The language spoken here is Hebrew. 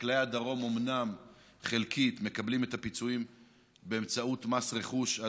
חקלאי הדרום אומנם חלקית מקבלים את הפיצויים באמצעות מס רכוש,